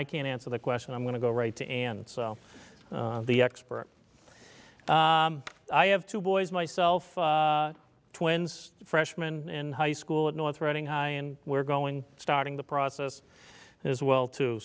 i can answer that question i'm going to go right to and so the expert i have two boys myself twins freshman in high school at north riding high and we're going starting the process as well too